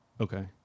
Okay